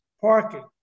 parking